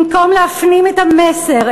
במקום להפנים את המסר,